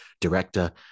director